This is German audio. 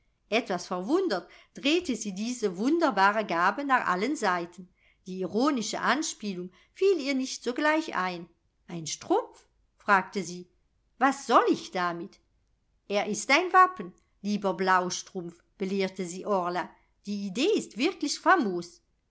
etwas verwundert drehte sie diese wunderbare gabe nach allen seiten die ironische anspielung fiel ihr nicht sogleich ein ein strumpf fragte sie was soll ich damit er ist dein wappen lieber blaustrumpf belehrte sie orla die idee ist wirklich